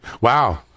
wow